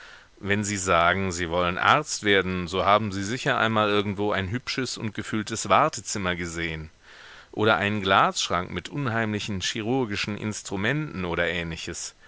wenn sie sagen sie wollen arzt werden so haben sie sicher einmal irgendwo ein hübsches und gefülltes wartezimmer gesehen oder einen glasschrank mit unheimlichen chirurgischen instrumenten oder ähnliches